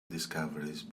discoveries